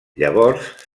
llavors